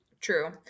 true